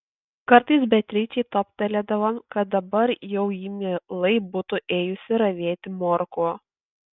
kartais beatričei toptelėdavo kad dabar jau ji mielai būtų ėjusi ravėti morkų